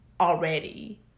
already